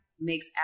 makes